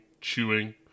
chewing